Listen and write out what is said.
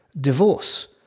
divorce